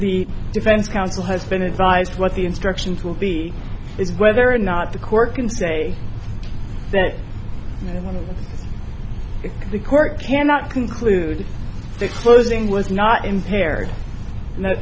the defense counsel has been advised what the instructions will be is whether or not the court can say that if the court cannot conclude the closing was not impaired and that